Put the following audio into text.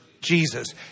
Jesus